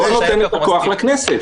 לא נותן את הכוח לכנסת.